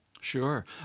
Sure